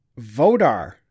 Vodar